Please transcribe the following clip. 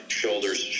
shoulders